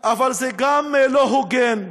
אבל זה גם לא הוגן,